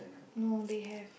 no they have